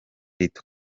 rito